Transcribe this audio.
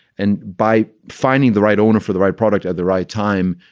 and by finding the right owner for the right product at the right time,